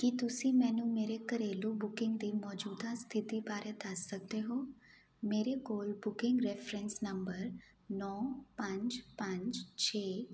ਕੀ ਤੁਸੀਂ ਮੈਨੂੰ ਮੇਰੇ ਘਰੇਲੂ ਬੁੱਕਿੰਗ ਦੀ ਮੌਜੂਦਾ ਸਥਿਤੀ ਬਾਰੇ ਦੱਸ ਸਕਦੇ ਹੋ ਮੇਰੇ ਕੋਲ ਬੁੱਕਿੰਗ ਰਿਫਰੈਂਸ ਨੰਬਰ ਨੌਂ ਪੰਜ ਪੰਜ ਛੇ